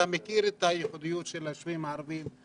אתה מכיר את הייחודיות של הישובים הערביים,